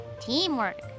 Teamwork